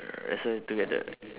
wrestle together